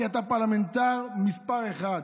כי אתה פרלמנטר מס' אחת,